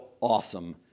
awesome